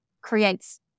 creates